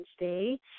Wednesday